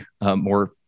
more